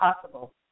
possible